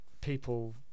people